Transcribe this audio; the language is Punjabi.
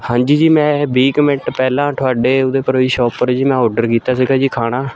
ਹਾਂਜੀ ਜੀ ਮੈਂ ਵੀਹ ਕੁ ਮਿੰਟ ਪਹਿਲਾਂ ਤੁਹਾਡੇ ਉਹਦੇ ਪਰ ਸ਼ੋਪ ਪਰ ਜੀ ਮੈਂ ਔਰਡਰ ਕੀਤਾ ਸੀਗਾ ਜੀ ਖਾਣਾ